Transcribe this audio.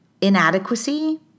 Inadequacy